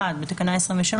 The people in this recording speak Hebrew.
(1) בתקנה 23,